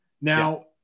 now